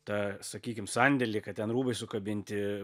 tą sakykim sandėlį kad ten rūbai sukabinti